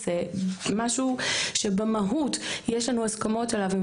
זה משהו שבמהות יש לנו הסכמות עליו עם